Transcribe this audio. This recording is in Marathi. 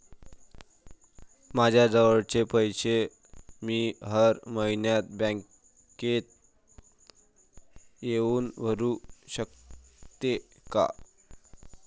मायाजवळचे पैसे मी हर मइन्यात बँकेत येऊन भरू सकतो का?